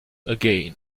again